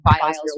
files